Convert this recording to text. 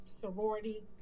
sorority